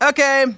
Okay